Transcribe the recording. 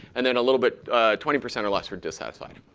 and then a little bit twenty percent or less were dissatisfied.